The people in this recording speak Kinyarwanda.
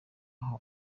aho